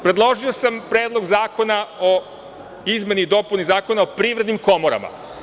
Predložio sam Predlog zakona o izmeni i dopuni Zakona o privrednim komorama.